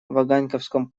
ваганьковском